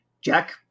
Jack